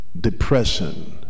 depression